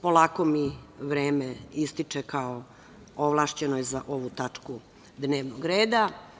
Polako mi vreme ističe kao ovlašćenoj za ovu tačku dnevnog reda.